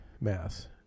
Mass